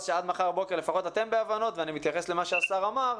עד מחר בבוקר לפחות אתם בהבנות ואני מתייחס למה שהשר אמר,